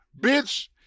Bitch